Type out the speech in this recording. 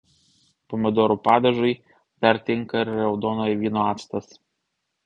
pomidorų padažui dar tinka ir raudonojo vyno actas